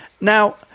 Now